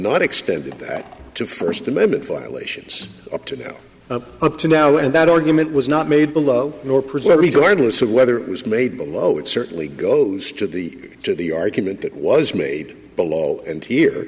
not extended that to first amendment violations up to up to now and that argument was not made below nor presumably cardless of whether it was made below it certainly goes to the to the argument that was made below and here